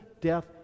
death